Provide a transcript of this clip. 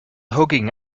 hugging